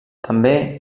també